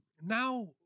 now